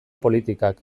politikak